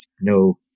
no